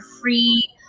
free